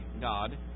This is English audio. God